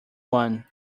one